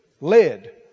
led